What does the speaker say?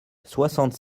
soixante